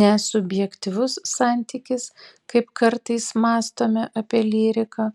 ne subjektyvus santykis kaip kartais mąstome apie lyriką